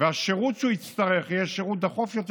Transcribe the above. והשירות שהוא יצטרך יהיה שירות דחוף יותר,